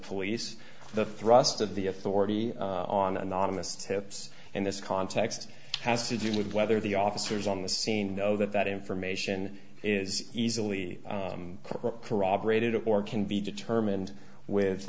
police the thrust of the authority on anonymous tips in this context has to do with whether the officers on the scene know that that information is easily corroborated or can be determined with